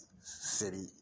city